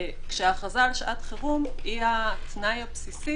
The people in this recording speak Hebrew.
כשההכרזה על שעת חירום היא התנאי הבסיסי